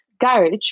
garage